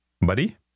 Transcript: buddy